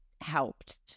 helped